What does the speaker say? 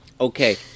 Okay